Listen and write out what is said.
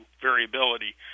Variability